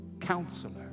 Counselor